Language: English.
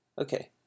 Okay